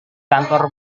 kantor